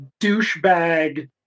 douchebag